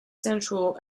central